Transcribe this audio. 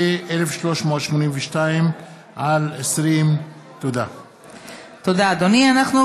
עברה בקריאה ראשונה, וחוזרת